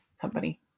company